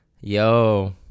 yo